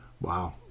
Wow